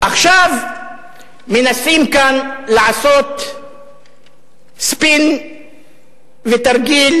עכשיו מנסים כאן לעשות ספין ותרגיל,